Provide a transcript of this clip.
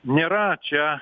nėra čia